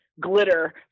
glitter